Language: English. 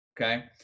okay